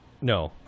No